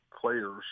players